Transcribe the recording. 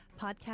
Podcast